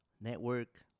network